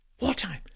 Wartime